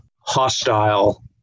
hostile